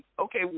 Okay